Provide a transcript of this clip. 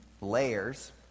layers